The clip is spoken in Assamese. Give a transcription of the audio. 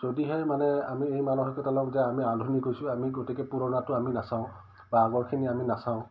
যদিহে মানে আমি এই মানসিকতা লওঁ যে আমি আধুনিক হৈছোঁ আমি গতিকে পুৰণাটো আমি নাচাওঁ বা আগৰখিনি আমি নাচাওঁ